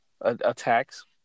attacks